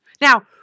Now